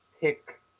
pick